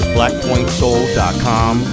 blackpointsoul.com